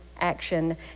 action